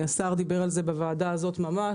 השר דיבר על זה בוועדה הזאת ממש,